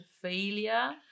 failure